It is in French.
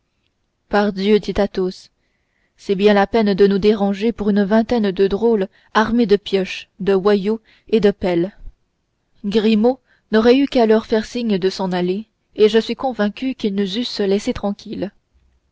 pardieu dit athos c'est bien la peine de nous déranger pour une vingtaine de drôles armés de pioches de hoyaux et de pelles grimaud n'aurait eu qu'à leur faire signe de s'en aller et je suis convaincu qu'ils nous eussent laissés tranquilles